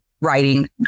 writing